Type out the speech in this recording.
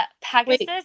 Pegasus